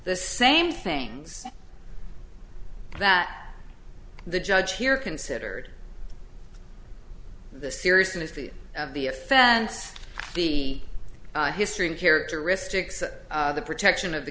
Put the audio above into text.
the same things that the judge here considered the seriousness of the offense the history and characteristics of the protection of the